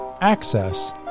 access